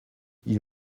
ils